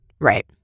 Right